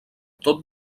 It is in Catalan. tot